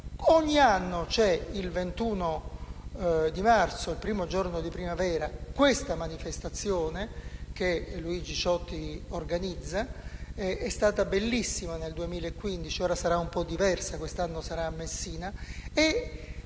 Ogni anno il 21 marzo, il primo giorno di primavera, c'è questa manifestazione che Luigi Ciotti organizza. È stata bellissima nel 2015; ora sarà un po' diversa e quest'anno sarà a Messina.